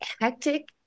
hectic